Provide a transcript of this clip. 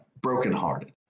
brokenhearted